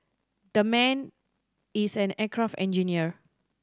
that man is an aircraft engineer